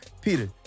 Peter